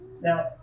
Now